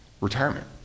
retirement